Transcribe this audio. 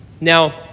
Now